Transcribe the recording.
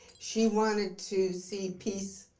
she wanted to see peace